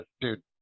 dude